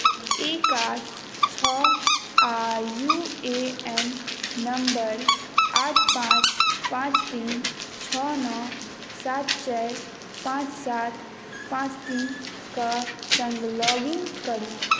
एक आठ छओ आ यू ए एन नम्बर आठ पाँच पाँच तीन छओ नओ सात चारि पाँच सात पाँच तीन कऽ सङ्ग लॉग इन करू